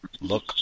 Look